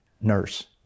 nurse